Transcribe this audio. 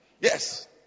Yes